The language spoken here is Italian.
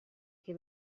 che